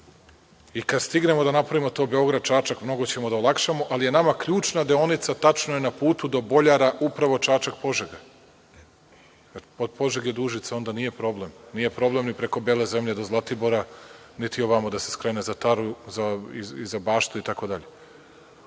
i kad stignemo da napravimo to Beograd-Čačak mnogo ćemo da olakšamo, ali je nama ključna deonica je tačno na putu do Boljara, upravo Čačak-Požega. Od Požege do Užica nije problem, nije ni problem preko Bele zemlje, do Zlatibora, niti ovamo da se skrene za Taru i za Baštu itd, ali